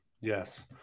yes